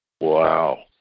Wow